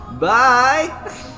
bye